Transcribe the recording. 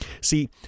see